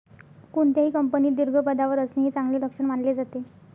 कोणत्याही कंपनीत दीर्घ पदावर असणे हे चांगले लक्षण मानले जाते